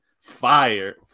Fire